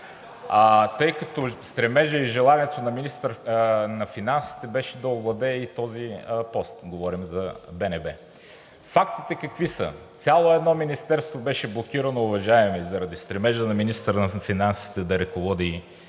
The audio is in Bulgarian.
Тъй като стремежът и желанието на министъра на финансите беше да овладее и този пост – говорим за БНБ. Фактите какви са? Цяло едно министерство беше блокирано, уважаеми, заради стремежа на министъра на финансите да ръководи